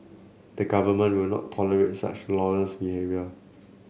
the Government will not tolerate such lawless behaviour